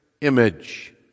image